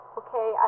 okay